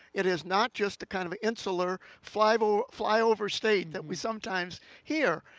it is not just kind of insular, flyover flyover state that we sometimes hear.